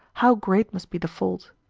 how great must be the fault!